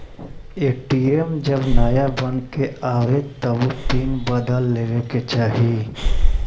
ATM जब नाया बन के आवे तबो पिन बदल लेवे के चाही